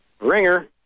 Ringer